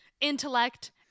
intellect